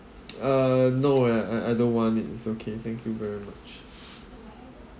uh no I I I don't want it it's okay thank you very much